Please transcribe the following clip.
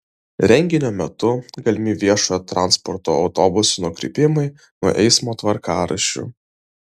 renginio metu galimi viešojo transporto autobusų nukrypimai nuo eismo tvarkaraščių